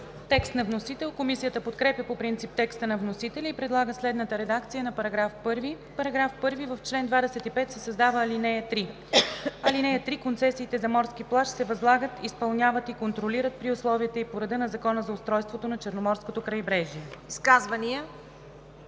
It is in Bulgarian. Текст на вносител по § 1. Комисията подкрепя по принцип текста на вносителя и предлага следната редакция на § 1: „§ 1. В чл. 25 се създава ал. 3: „(3) Концесиите за морски плаж се възлагат, изпълняват и контролират при условията и по реда на Закона за устройството на Черноморското крайбрежие.“